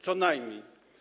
Co najmniej.